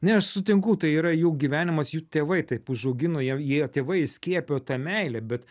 ne aš sutinku tai yra jų gyvenimas jų tėvai taip užaugino jiem jie tėvai įskiepijo tą meilę bet